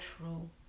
true